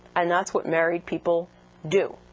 and that's what married people do.